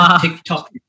TikTok